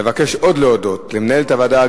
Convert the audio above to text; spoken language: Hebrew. אבקש עוד להודות למנהלת הוועדה,